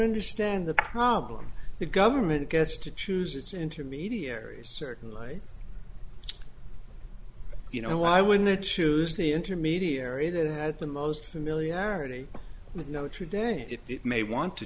understand the problem the government gets to choose its intermediaries certainly you know why wouldn't the choose the intermediary that had the most familiarity with notre dame if it may want to